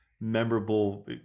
memorable